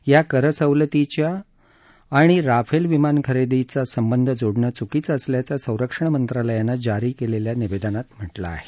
या करसवलतीच्या आणि राफेल विमान खरेदीचा संबंध जोडणं चुकीचं असल्याचं संरक्षण मंत्रालयानं जारी केलेल्या निवेदनात म्हटलं आहे